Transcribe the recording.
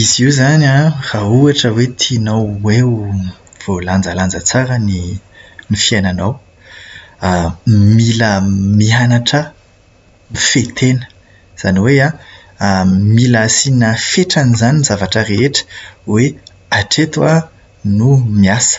Izy io izany an, raha ohatra hoe tianao hoe ho voalanjalanja tsara ny ny fiainanao. Mila mianatra mifehy tena, izany hoe mila asiana fetrany izany ny zavatra rehetra. Hoe hatreto an no miasa.